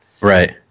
Right